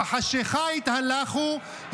בחשֵכה יתהלכו,